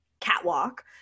catwalk